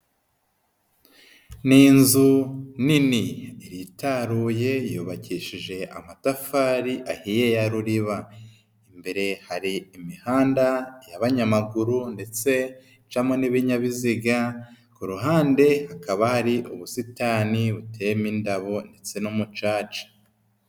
Ni inzu nini iritaruye yubakishije amatafari ahiye ya ruriba, imbere hari imihanda y'abanyamaguru ndetse icamo n'ibinyabiziga, ku ruhande hakaba hari ubusitani buteyemo indabo ndetse n'umucaca.